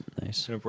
Nice